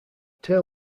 tail